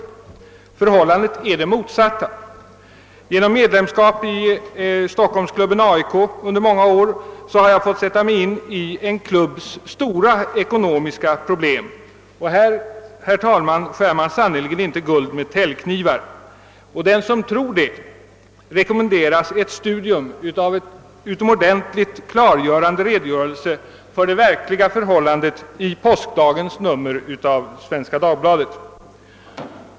Förhållandet är det motsatta. Genom medlemskap i stockholmsklubben AIK under många år har jag fått sätta mig in i en klubbs stora ekonomiska problem. Här, herr talman, skär man sannerligen inte guld med täljknivar! Den som tror det rekommenderas ett studium av en utomordentligt klargörande redogörelse för det verkliga förhållandet i påskdagens nummer av Svenska Dagbladet.